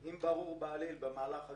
אנחנו קונסים אם ברור בעליל, במהלך הגידול,